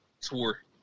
tour